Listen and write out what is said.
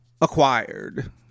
acquired